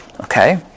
okay